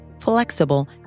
flexible